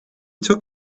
took